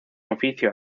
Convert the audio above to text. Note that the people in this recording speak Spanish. oficio